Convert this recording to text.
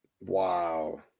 Wow